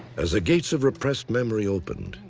as the gates of repressed memory opened,